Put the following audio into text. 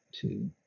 Two